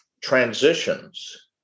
transitions